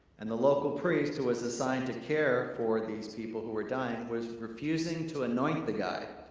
and the local priest, who was assigned to to care for these people who were dying was refusing to anoint the guy